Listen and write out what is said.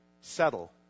settle